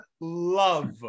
love